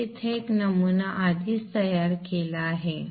मी येथे एक नमुना आधीच तयार केला आहे